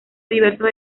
diversos